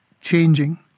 changing